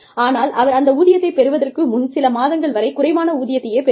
ஆனால் அவர் அந்த ஊதியத்தைப் பெறுவதற்கு முன் சில மாதங்கள் வரை குறைவான ஊதியத்தையே பெறுவார்